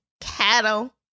cattle